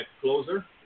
closer